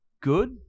good